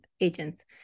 agents